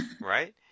Right